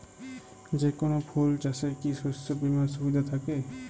যেকোন ফুল চাষে কি শস্য বিমার সুবিধা থাকে?